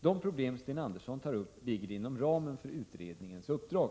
De problem Sten Andersson tar upp ligger inom ramen för utredningens uppdrag.